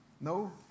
No